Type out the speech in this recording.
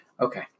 okay